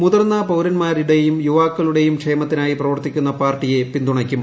മുതിർന്ന പൌരന്മാരുടെയും യുവാക്കളുടെയും ക്ഷേമത്തിനായി പ്രവർത്തിക്കുന്ന പാർട്ടിയെ പിന്തുണയ്ക്കും